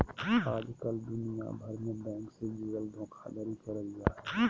आजकल दुनिया भर मे बैंक से जुड़ल धोखाधड़ी करल जा हय